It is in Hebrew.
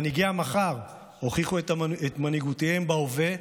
מנהיגי המחר הוכיחו את מנהיגותם בהווה,